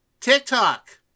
TikTok